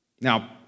Now